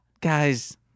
Guys